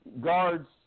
Guards